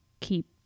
keep